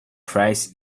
price